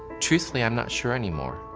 truthfully, i'm not sure anymore.